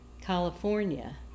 California